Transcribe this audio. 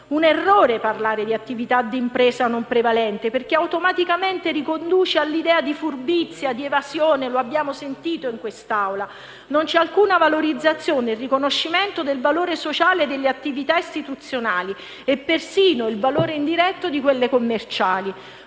un errore parlare di attività d'impresa non prevalente, perché automaticamente riconduce all'idea di furbizia e di evasione, e lo abbiamo sentito in quest'Aula. Non c'è alcuna valorizzazione e non c'è riconoscimento del valore sociale delle attività istituzionali e persino del valore sociale indiretto di quelle commerciali.